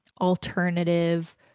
alternative